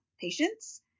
patients